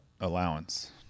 allowance